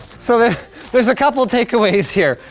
so there's a couple of takeaways here.